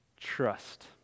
Trust